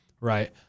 right